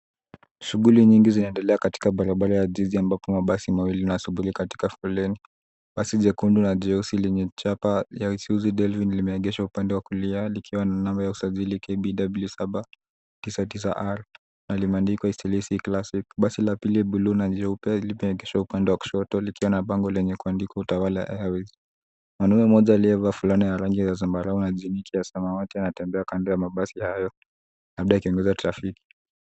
Shughuli nyingi zinaendelea katika barabara ya jiji ambapo mabasi mawili yanayosubiri katika foleni. Basi jekundu na jeusi lenye chapa ya Isuzu Delvi limeegeshwa upande wa kulia likiwa na namba ya usajili KBW 799R na limeandikwa Eastleigh C Classic. Basi la pili ya buluu na jeupe limeegeshwa upande wa kushoto likiwa na bango lenye kuandikwa Utawala Airways. Mwanaume mmoja aliyevaa fulana ya rangi ya zambarau na jeans ya samawati anatembea kando ya mabasi hayo labda yakiongoza trafiki.